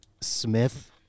Smith